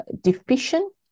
deficient